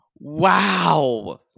wow